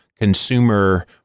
consumer